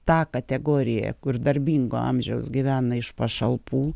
tą kategoriją kur darbingo amžiaus gyvena iš pašalpų